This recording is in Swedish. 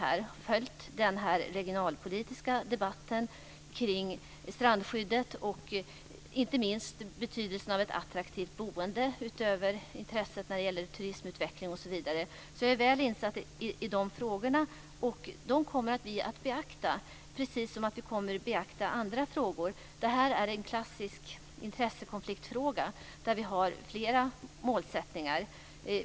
Jag har följt den regionalpolitiska debatten kring strandskyddet och inte minst betydelsen av ett attraktivt boende, och också om intresset när det gäller turismutveckling, osv. Jag är väl insatt i de frågorna. Dem kommer vi att beakta, precis som vi kommer att beakta andra frågor. Det är en klassisk intressekonfliktfråga, där vi har flera målsättningar.